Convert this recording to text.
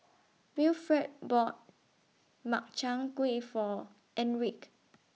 Wilfred bought Makchang Gui For Enrique